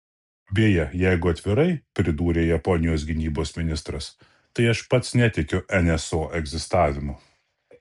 beje jeigu atvirai pridūrė japonijos gynybos ministras tai aš pats netikiu nso egzistavimu